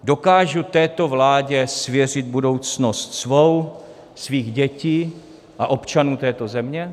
Dokážu této vládě svěřit budoucnost svou, svých dětí a občanů této země?